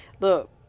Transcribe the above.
Look